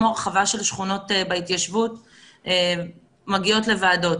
כמו שהרחבה של שכונות בהתיישבות מגיעות לוועדות.